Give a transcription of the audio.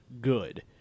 good